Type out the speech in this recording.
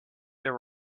there